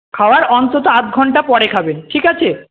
খাওয়ার অন্তত আধঘন্টা পরে খাবেন ঠিক আছে